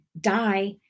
die